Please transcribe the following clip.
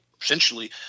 essentially